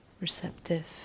receptive